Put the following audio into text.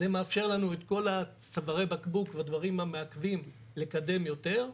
דבר זה מאפשר לנו את צווארי בקבוק והדברים המעכבים לקדם יותר,